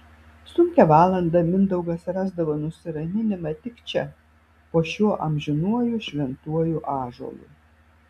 sunkią valandą mindaugas rasdavo nusiraminimą tik čia po šiuo amžinuoju šventuoju ąžuolu